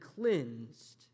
cleansed